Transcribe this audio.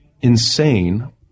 insane